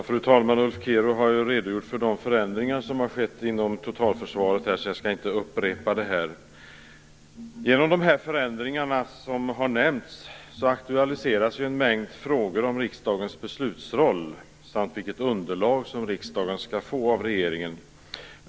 Fru talman! Ulf Kero har redogjort för de förändringar som har skett inom totalförsvaret. Jag skall inte upprepa dem. Genom de förändringar som har nämnts aktualiseras en mängd frågor om riksdagens beslutsroll samt vilket underlag som riksdagen skall få av regeringen.